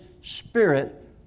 spirit